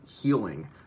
healing